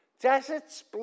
Deserts